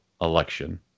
election